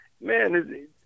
man